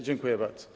Dziękuję bardzo.